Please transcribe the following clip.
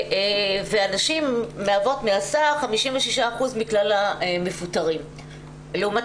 הנשים מהוות מהסך 56% מכלל המפוטרים לעומת